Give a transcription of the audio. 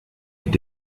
mit